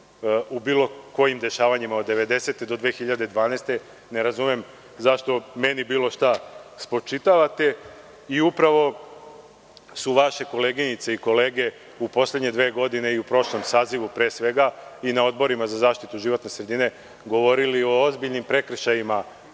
u bilo kojim dešavanja od 1990. do 2012. godine. Ne razumem zašto meni bilo šta spočitavate. Upravo su vaše koleginice i kolege u poslednje dve godine, u prošlom sazivu pre svega i na Odboru za zaštitu životne sredine govorili o ozbiljnim prekršajima